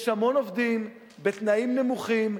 יש המון עובדים בתנאים נמוכים,